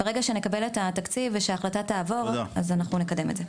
ברגע שנקבל את התקציב ושההחלטה תעבור אז אנחנו נקדם את זה.